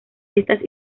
estas